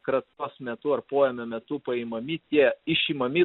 kratos metu ar poėmio metu paimami tie išimami